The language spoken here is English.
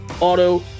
auto